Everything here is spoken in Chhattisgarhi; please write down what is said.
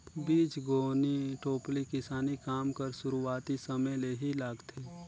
बीजगोनी टोपली किसानी काम कर सुरूवाती समे ले ही लागथे